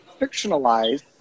fictionalized